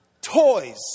Toys